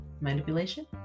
Manipulation